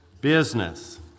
business